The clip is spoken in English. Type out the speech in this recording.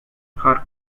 hark